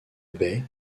baie